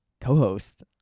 co-host